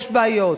יש בעיות,